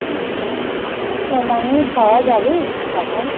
কিন্তু সময়ে পাওয়া যাবে টাকা